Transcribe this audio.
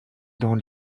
dans